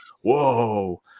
whoa